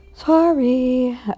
Sorry